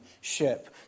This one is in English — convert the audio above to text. ship